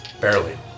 Barely